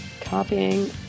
copying